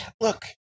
look